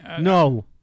No